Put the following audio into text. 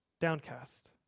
downcast